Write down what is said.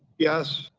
yes.